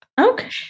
Okay